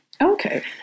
Okay